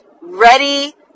ready